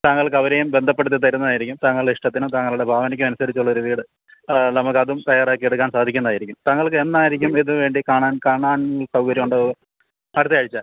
താങ്കള്ക്ക് അവരെയും ബന്ധപ്പെടുത്തി തരുന്നതായിരിക്കും താങ്കളുടെ ഇഷ്ടത്തിനും താങ്കളുടെ ഭാവനയ്ക്കും അനുസരിച്ചുള്ള ഒരു വീട് നമുക്ക് അതും തയ്യാറാക്കി എടുക്കാന് സാധിക്കുന്നതായിരിക്കും താങ്കള്ക്ക് എന്നായിരിക്കും ഇത് വേണ്ടി കാണാന് കാണാന് സൗകര്യമുണ്ടാവുക അടുത്തയാഴ്ച